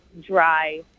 dry